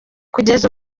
kugeza